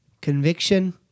conviction